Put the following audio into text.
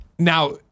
Now